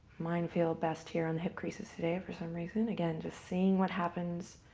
mine feel best here on the hip creases today, for some reason. again, just seeing what happens.